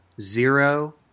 Zero